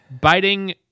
Biting